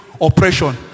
oppression